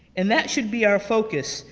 and that should be our focus,